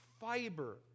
fiber